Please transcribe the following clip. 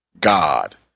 God